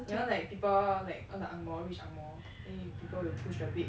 you know like people like all the ang moh rich ang moh then people will push the bed